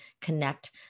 connect